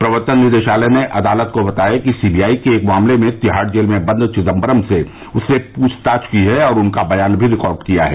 प्रवर्तन निदेशालय ने अदालत को बताया कि सीबीआई के एक मामले में तिहाड़ जेल में बंद चिदम्बरम से उसने पूछताछ की है और उनका बयान भी रिकार्ड किया है